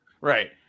Right